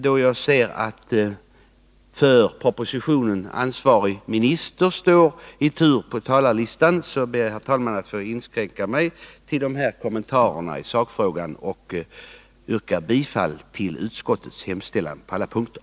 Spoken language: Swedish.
Då jag ser att för propositionen ansvarig minister står i tur på talarlistan ber jag, herr talman, att få inskränka mig till de här kommentarerna i sakfrågan och yrka bifall till utskottets hemställan på alla punkter.